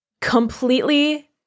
completely